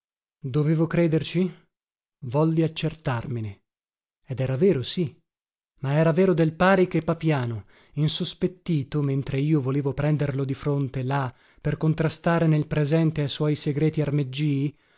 dovevo crederci volli accertarmene ed era vero sì ma era vero del pari che papiano insospettito mentre io volevo prenderlo di fronte là per contrastare nel presente a suoi segreti armeggii mi